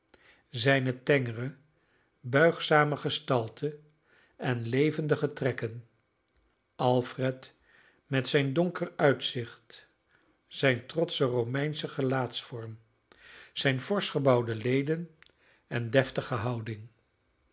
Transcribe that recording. zijne tengere buigzame gestalte en levendige trekken alfred met zijn donker uitzicht zijn trotschen romeinschen gelaatsvorm zijne forsch gebouwde leden en deftige houding